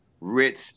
rich